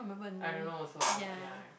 I don't know also lah but ya right